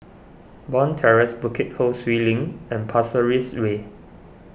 Bond Terrace Bukit Ho Swee Link and Pasir Ris Way